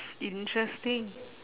interesting